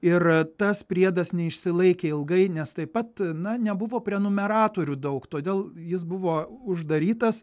ir tas priedas neišsilaikė ilgai nes taip pat na nebuvo prenumeratorių daug todėl jis buvo uždarytas